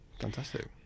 Fantastic